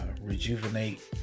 rejuvenate